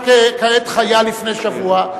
כעת חיה לפני שבוע,